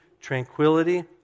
tranquility